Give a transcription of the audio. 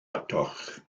atoch